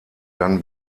dann